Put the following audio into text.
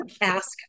ask